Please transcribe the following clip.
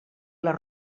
les